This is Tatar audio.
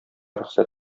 рөхсәт